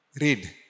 read